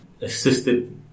assisted